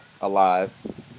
alive